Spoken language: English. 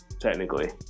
technically